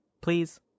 Please